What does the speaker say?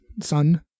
son